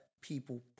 people